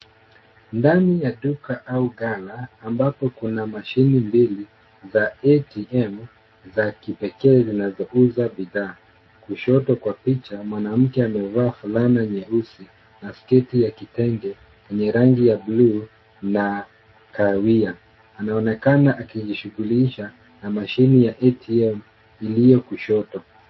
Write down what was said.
Ndani ya duka au ghala ambapo kuna mashine mbili, za ATM za kipekee zinazouza bidhaa. Kushoto kwa picha, mwanaume amevaa fulana nyeusi na sketi ya kitenge yenye rangi ya bluu na kahawia. Anaonekana akijishughulisha na mashine ya ATM iliyo kushoto.